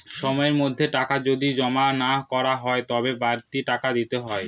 সময়ের মধ্যে টাকা যদি জমা না করা হয় তবে বাড়তি টাকা দিতে হয়